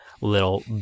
little